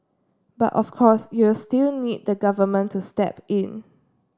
but of course you'll still need the Government to step in